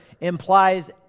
implies